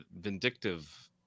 vindictive